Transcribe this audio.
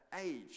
age